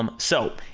um so,